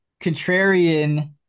contrarian